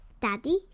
Daddy